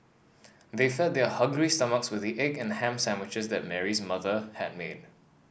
they fed their hungry stomachs with the egg and ham sandwiches that Mary's mother had made